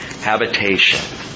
habitation